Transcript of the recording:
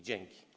Dzięki.